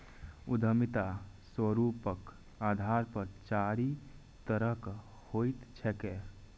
उद्यमिता स्वरूपक आधार पर चारि तरहक होइत छैक